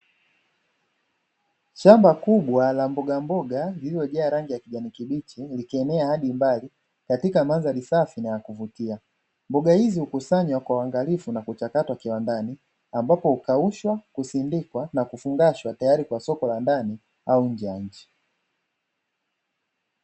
Shamba kubwa la mboga mboga lililojaa rangi ya kijani kibichi likienea hadi mbali katika mandhari safi na ya kuvutia, mboga hizi hukusanywa kwa uangalifu na kuchakatwa kiwandani ambapo hukaushwa, kusindikwa na kufungashwa tayari kwa soko la ndani au nje ya nchi.